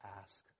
ask